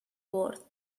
worth